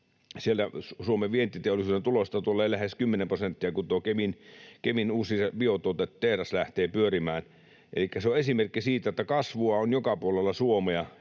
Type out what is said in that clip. tulee Suomen vientiteollisuuden tulosta lähes 10 prosenttia, kun tuo Kemin uusi biotuotetehdas lähtee pyörimään. Elikkä se on esimerkki siitä, että kasvua on joka puolella Suomea.